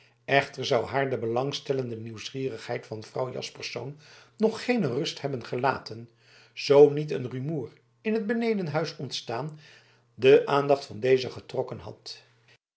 echter zou haar de belangstellende nieuwsgierigheid van vrouw jaspersz nog geene rust hebben gelaten zoo niet een rumoer in het benedenhuis ontstaan de aandacht van deze getrokken had